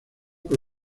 por